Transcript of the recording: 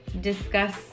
discuss